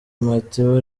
matteo